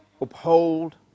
uphold